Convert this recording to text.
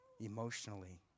emotionally